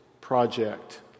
project